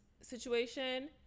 situation